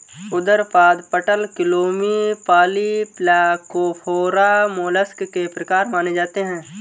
उदरपाद, पटलक्लोमी, polyplacophora, mollusc के प्रकार माने जाते है